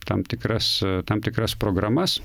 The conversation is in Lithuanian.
tam tikras tam tikras programas